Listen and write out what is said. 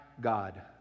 God